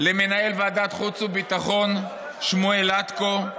למנהל ועדת החוץ והביטחון שמואל לטקו,